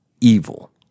evil